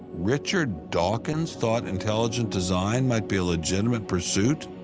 richard dawkins thought intelligent design might be a legitimate pursuit?